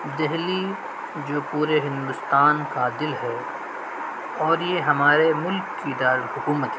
دہلی جو پورے ہندوستان کا دل ہے اور یہ ہمارے ملک کی دار الحکومت ہے